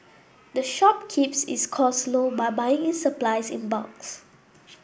the shop keeps its costs low by buying its supplies in bulks